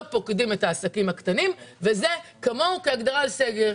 לא פוקדים את העסקים הקטנים וזה אומר סגר.